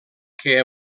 que